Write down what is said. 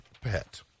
pet